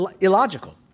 illogical